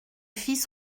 fils